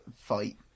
fight